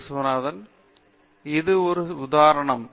விஸ்வநாதன் சரி இது ஒரு உதாரணம்